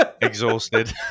Exhausted